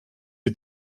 die